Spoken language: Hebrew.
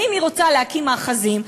ואם היא רוצה להקים מאחזים,